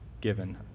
given